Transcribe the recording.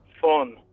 Fun